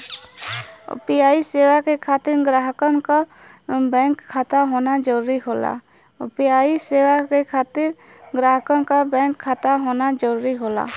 UPI सेवा के खातिर ग्राहकन क बैंक खाता होना जरुरी होला